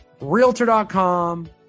Realtor.com